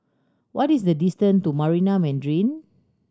what is the distant to Marina Mandarin